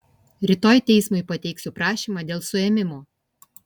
rytoj teismui pateiksiu prašymą dėl suėmimo